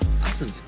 Awesome